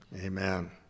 Amen